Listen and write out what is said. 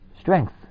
strength